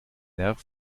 nerv